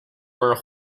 were